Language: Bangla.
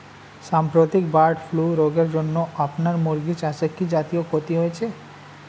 সাম্প্রতিক বার্ড ফ্লু রোগের জন্য আপনার মুরগি চাষে কি জাতীয় ক্ষতি হয়েছে?